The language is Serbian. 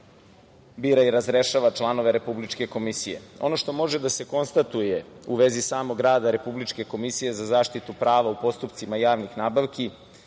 bira i razrešava članove Republičke komisije. Ono što može da se konstatuje u vezi samog rada Republičke komisije za zaštitu prava u postupcima javnih nabavki